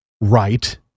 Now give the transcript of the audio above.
right